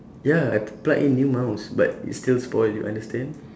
ya I p~ plug in new mouse but it's still spoil you understand